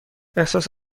احساس